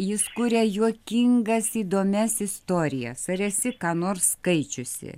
jis kuria juokingas įdomias istorijas ar esi ką nors skaičiusi